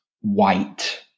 white